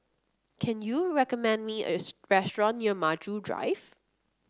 can you recommend me a special restaurant near Maju Drive